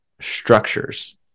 Structures